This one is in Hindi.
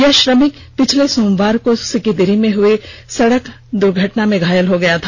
यह श्रमिक बीते सोमवार को सिकिदिरी में हुई सड़क दुर्घटना में घायल हो गया था